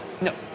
No